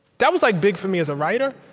that was like big for me, as a writer.